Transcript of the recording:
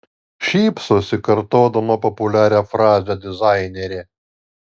šypsosi kartodama populiarią frazę dizainerė